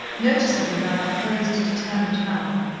noticeably round the closed, determined mouth,